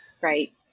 Right